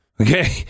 Okay